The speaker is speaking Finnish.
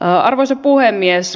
arvoisa puhemies